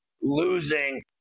losing